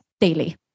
daily